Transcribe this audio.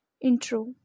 Intro